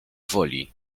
woli